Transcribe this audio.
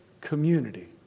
community